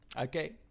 Okay